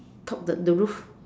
top the the roof